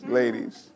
ladies